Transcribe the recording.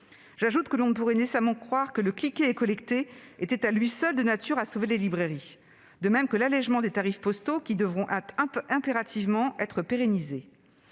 J'ajoute que l'on ne pouvait décemment croire que le « cliquer et collecter » était à lui seul de nature à sauver les librairies, de même que l'allégement des tarifs postaux, qui devront impérativement être pérennisés.